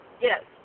Yes